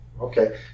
Okay